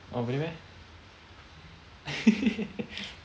oh really meh